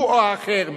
הוא או אחר,